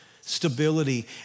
stability